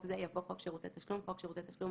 זה" יבוא: ""חוק שירותי תשלום" חוק שירותי תשלום,